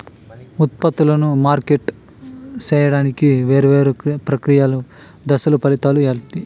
ఉత్పత్తులను మార్కెట్ సేయడానికి వేరువేరు ప్రక్రియలు దశలు ఫలితాలు ఏంటి?